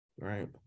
right